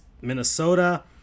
Minnesota